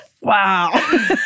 wow